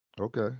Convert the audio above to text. okay